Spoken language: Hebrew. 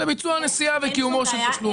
על ביצוע נסיעה וקיומו של תשלום.